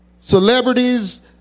Celebrities